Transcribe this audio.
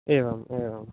एवम् एवं